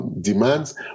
demands